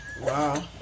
Wow